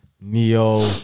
Neo